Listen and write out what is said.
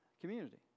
community